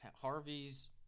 Harvey's